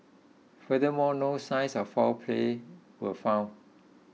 furthermore no signs of foul play were found